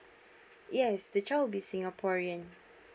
yes the child will be singaporean